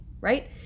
right